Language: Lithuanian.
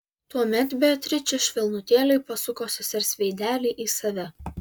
tuomet beatričė švelnutėliai pasuko sesers veidelį į save